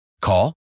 Call